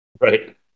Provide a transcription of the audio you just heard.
Right